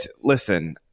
listen